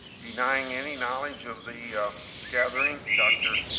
denying any knowledge of the gathering, dr.